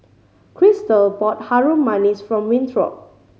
Christal bought Harum Manis for Winthrop